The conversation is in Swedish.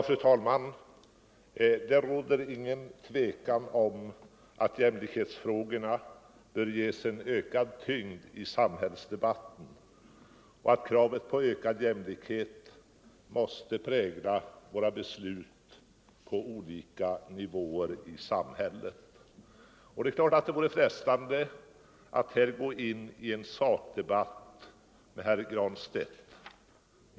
Fru talman! Det råder inget tvivel om att jämlikhetsfrågorna bör ges ökad tyngd i samhällsdebatten och att kravet på ökad jämlikhet måste prägla våra beslut på olika nivåer i samhället. Det är klart att det vore frestande att här gå in i en sakdebatt med herr Granstedt.